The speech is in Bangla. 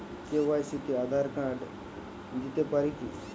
কে.ওয়াই.সি তে আঁধার কার্ড দিতে পারি কি?